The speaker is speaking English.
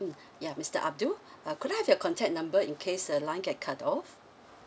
mm ya mister abdul uh could I have your contact number in case the line get cut off